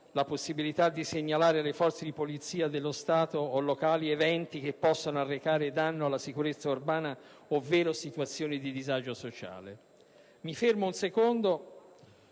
nella norma di «segnalare alle Forze di polizia dello Stato o locali, eventi che possano arrecare danno alla sicurezza urbana ovvero situazioni di disagio sociale». Mi soffermo un attimo